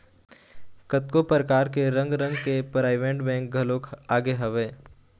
कतको परकार के रंग रंग के पराइवेंट बेंक घलोक आगे हवय